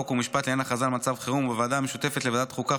חוק ומשפט לעניין הכרזה על מצב חירום ובוועדה המשותפת לוועדת החוקה,